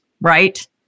right